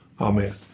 Amen